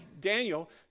Daniel